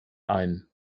ein